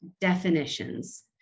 definitions